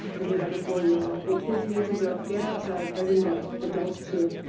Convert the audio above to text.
when you have a four year old. the kids need to go get outside every day. adults too.